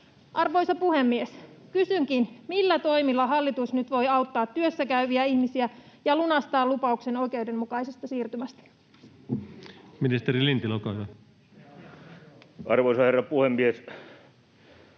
Arvoisa puhemies! Kysynkin: millä toimilla hallitus nyt voi auttaa työssäkäyviä ihmisiä ja lunastaa lupauksen oikeudenmukaisesta siirtymästä? [Speech 48] Speaker: Ensimmäinen varapuhemies